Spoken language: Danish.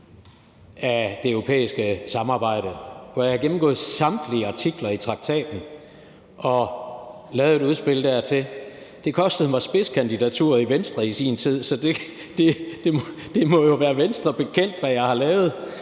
til det europæiske samarbejde, hvor jeg har gennemgået samtlige artikler i traktaten og lavet et udspil dertil. Det kostede mig spidskandidaturet i Venstre i sin tid, så det må jo være Venstre bekendt, hvad jeg har lavet